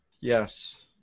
Yes